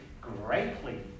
greatly